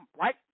right